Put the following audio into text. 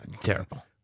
Terrible